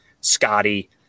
Scotty